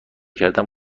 کردن